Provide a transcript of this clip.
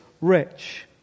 rich